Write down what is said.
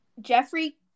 Jeffrey